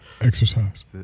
Exercise